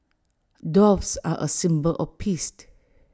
doves are A symbol of peace